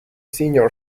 senior